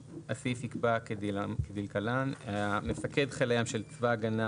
הסעיף יקבע כדלקמן: תפקידי הרשות המאשרת 3. מפקד חיל הים של צבא ההגנה